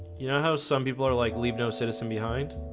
you know how some people are like leave no citizen behind